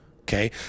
Okay